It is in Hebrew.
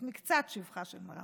את מקצת שבחה של מירב.